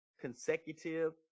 consecutive